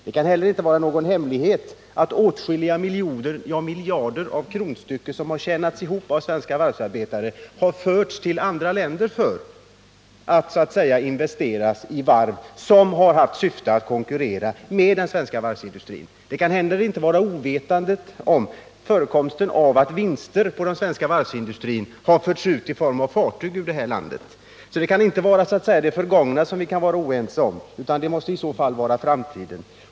Det kan inte vara någon hemlighet för herr Huss att åtskilliga miljoner, ja miljarder kronor som tjänats ihop av svenska varvsarbetare har förts ut till andra länder för att investeras i varv, som har haft som syfte att konkurrera med den svenska varvsindustrin. Herr Huss kan heller inte vara ovetande om att vinster från den svenska varvsindustrin har förts ut ur det här landet i form av fartyg. Det kan alltså inte vara det förgångna som vi är oense om, utan det måste i så fall vara framtiden.